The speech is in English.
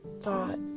thought